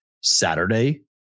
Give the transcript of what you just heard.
Saturday